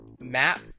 map